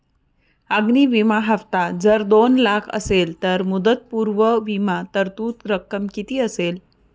अग्नि विमा हफ्ता जर दोन लाख असेल तर मुदतपूर्व विमा तरतूद रक्कम किती असेल?